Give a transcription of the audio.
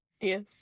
Yes